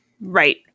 Right